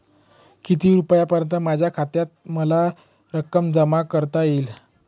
किती रुपयांपर्यंत माझ्या खात्यात मला रक्कम जमा करता येईल?